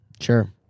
Sure